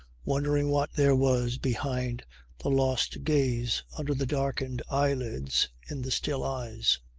wondering what there was behind the lost gaze under the darkened eyelids in the still eyes.